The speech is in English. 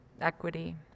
equity